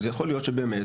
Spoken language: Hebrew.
אז יכול להיות שבאמת,